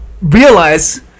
realize